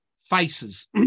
faces